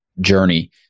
journey